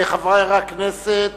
חבר הכנסת